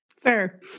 Fair